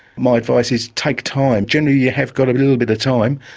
my advice is take time. generally you have got a little bit of time,